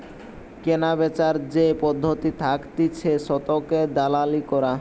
কেনাবেচার যে পদ্ধতি থাকতিছে শতকের দালালি করা